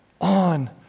on